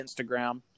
Instagram